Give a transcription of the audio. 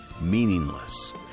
meaningless